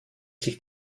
sich